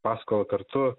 paskolą kartu